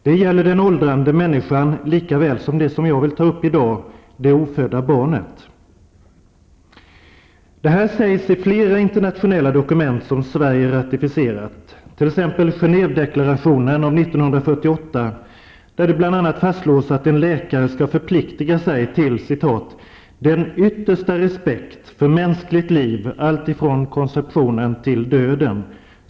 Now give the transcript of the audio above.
Det gäller den åldrande människan, likaväl som det jag vill ta upp i dag, det ofödda barnet. Detta sägs i flera internationella dokument som Sverige har ratificerat, t.ex. i fastslås att en läkare skall förpliktiga sig till den ''yttersta respekt för mänskligt liv alltifrån konceptionen till döden.''